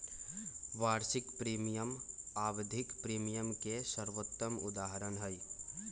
वार्षिक प्रीमियम आवधिक प्रीमियम के सर्वोत्तम उदहारण हई